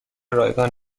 رایگان